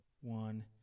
One